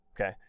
Okay